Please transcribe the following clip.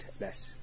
less